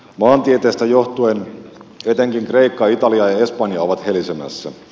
maantieteestä johtuen etenkin kreikka italia ja espanja ovat helisemässä